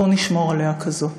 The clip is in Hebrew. בואו נשמור עליה כזאת.